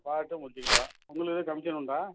பார்த்து முடிச்சுக்கலாம் உங்களுக்கு எதுவும் கமிஷன் உண்டா